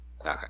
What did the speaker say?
Okay